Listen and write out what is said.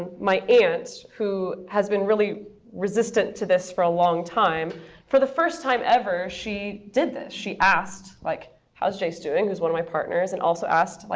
my aunt, who has been really resistant to this for a long time for the first time ever, she did this. she asked, like how's jase doing, who is one of my partners, and also asked, like